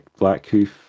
Blackhoof